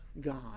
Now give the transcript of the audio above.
God